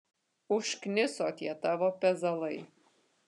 užkniso tie tavo pezalai